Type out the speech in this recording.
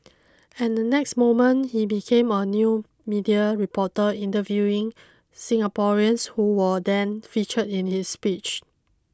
and the next moment he became a new media reporter interviewing Singaporeans who were then featured in his speech